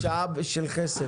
יש פה שעה של חסד.